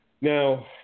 Now